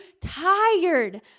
tired